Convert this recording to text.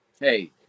Hey